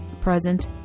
present